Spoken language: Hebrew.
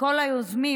כל היוזמים,